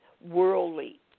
worldly